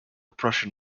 prussian